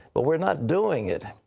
but we're not doing it.